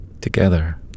Together